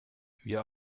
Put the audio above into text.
wir